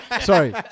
sorry